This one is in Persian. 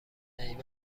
دهید